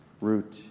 root